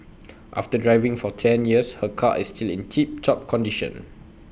after driving for ten years her car is still in tip top condition